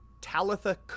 Talitha